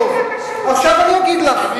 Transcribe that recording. אני אגיד לך.